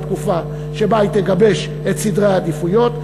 תקופה שבה היא תגבש את סדרי העדיפויות,